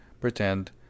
pretend